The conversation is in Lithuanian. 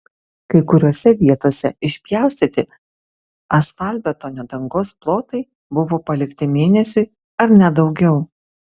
kai kuriose vietose išpjaustyti asfaltbetonio dangos plotai buvo palikti mėnesiui ar net daugiau